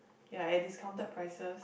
ya at discounted prices